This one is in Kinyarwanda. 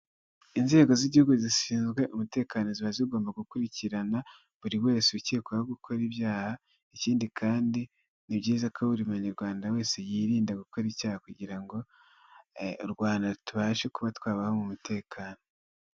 Umugabo w'imisatsi migufiya w'inzobe ufite ubwanwa bwo hejuru wambaye umupira wo kwifubika urimo amabara atandukanye ubururu, umweru n'umukara wambariyemo ishati, araburanishwa.